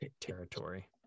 territory